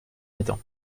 matin